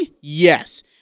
Yes